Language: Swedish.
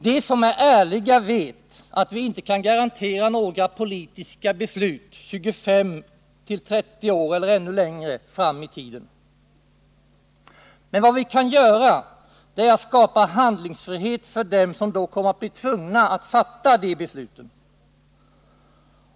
De som är ärliga vet att vi inte kan garantera några politiska beslut 25-30 år eller längre fram i tiden. Men vad vi kan göra är att skapa handlingsfrihet för dem som då kommer att bli tvungna att fatta besluten.